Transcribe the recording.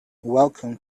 welcome